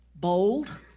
bold